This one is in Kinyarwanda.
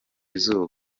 izuba